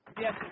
Yes